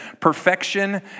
perfection